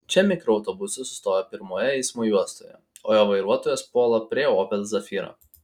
čia mikroautobusas sustoja pirmojoje eismo juostoje o jo vairuotojas puola prie opel zafira